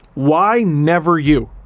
why never you?